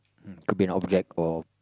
um could be an object or